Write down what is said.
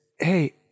Hey